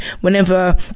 whenever